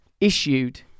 issued